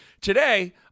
Today